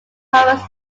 palmas